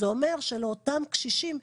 זה אומר שלאותם קשישים,